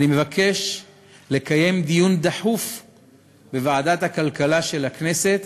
אני מבקש לקיים דיון דחוף בוועדת הכלכלה של הכנסת,